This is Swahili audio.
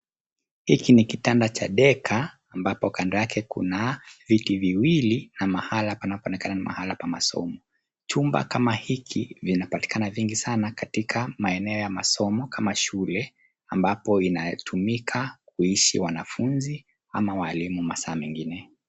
Hiki ni kitanda cha deka ambapo kando yake kuna viti viwili na mahala panapoonekana ni mahala pa masomo. Chumba kama hiki vinapatikana vingi sana katika maeneo ya masomo kama shule ambapo inatumika kuishi wanafunzi ama walimu masaa mengine.